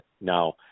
now